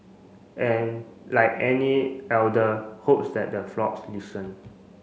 and like any elder hopes that the flocks listen